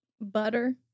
Butter